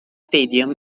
stadium